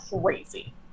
crazy